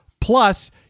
plus